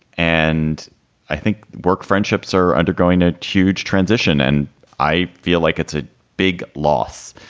and i think work friendships are undergoing a huge transition and i feel like it's a big loss.